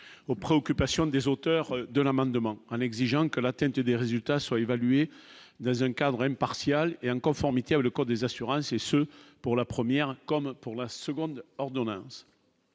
aux préoccupations des auteurs de l'amendement en exigeant que l'attente des résultats soient évalués dans un cadre M. partial et en conformité le code des assurances, et ce pour la première, comme pour la seconde ordonnance